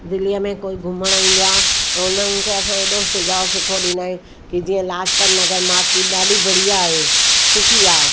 दिल्लीअ में कोई घुमणु ईंदो आहे त उन्हनि खे असां एॾो सुझाव सुठो ॾींदा आहियूं की जीअं लाजपतनगर मार्केट ॾाढी बढ़िया आहे सुठी आहे